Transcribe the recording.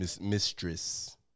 Mistress